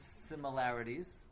similarities